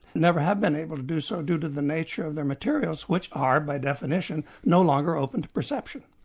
never have been able to do so, due to the nature of the materials which are, by definition, no longer open to perception.